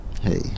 Hey